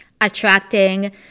attracting